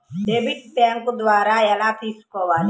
Debit bank ద్వారా ఎలా తీసుకోవాలి?